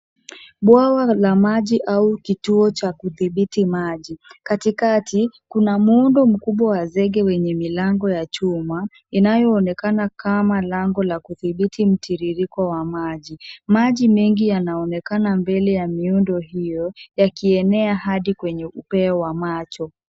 Bwawa la maji au kituo cha kudhibiti maji. Katikati, kuna muundo mkubwa wa zege wenye milango ya chuma, inayoonekana kama lango la kudhibiti mtiririko wa maji. Maji mengi yanaonekana mbele ya miundo hiyo, yakienea hadi kwenye upeo wa macho.